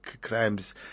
crimes